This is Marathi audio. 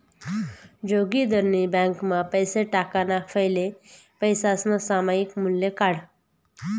जोगिंदरनी ब्यांकमा पैसा टाकाणा फैले पैसासनं सामायिक मूल्य काढं